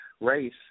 race